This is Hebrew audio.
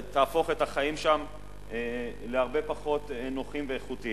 תהפוך את החיים שם להרבה פחות נוחים ואיכותיים.